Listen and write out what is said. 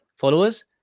followers